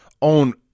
On